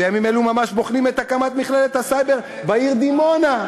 בימים אלו ממש בוחנים את הקמת מכללת הסייבר בעיר דימונה.